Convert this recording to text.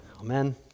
Amen